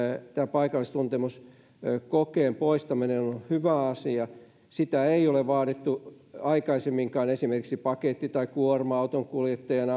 paikallistuntemuskokeen poistaminen on hyvä asia sitä ei ole vaadittu aikaisemminkaan esimerkiksi paketti tai kuorma autonkuljettajan